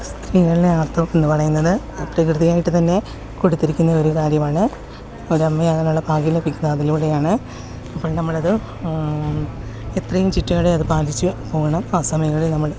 സ്ത്രീകളിലെ ആർത്തവം എന്നു പറയുന്നത് പ്രകൃതിയായിട്ട് തന്നെ കൊടുത്തിരിക്കുന്ന ഒരു കാര്യമാണ് ഒരു അമ്മ ആകാനുള്ള ഭാഗ്യം ലഭിക്കുന്നത് അതിലൂടെയാണ് അപ്പോൾ നമ്മൾ അത് എത്രയും ചിട്ടയോടെ അത് പാലിച്ചു പോകണം ആ സമയങ്ങളിൽ നമ്മൾ